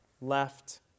left